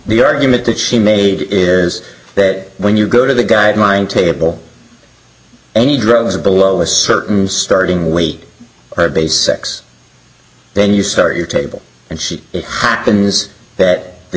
the argument that she made is that when you go to the guideline table any drugs are below a certain starting weight or base sex then you start your table and she it happens that the